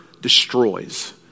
destroys